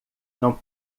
não